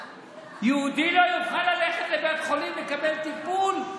יהודי לא יוכל ללכת לבית חולים לקבל טיפול,